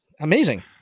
Amazing